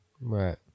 Right